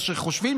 יש לו.